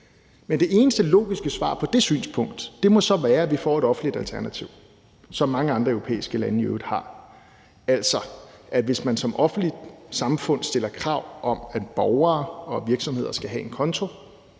men det eneste logiske svar på det synspunkt må så være, at vi får et offentligt alternativ, som mange andre europæiske lande i øvrigt har. Hvis man som offentligt samfund stiller krav om, at borgere og virksomheder skal have en konto,